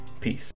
peace